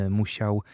musiał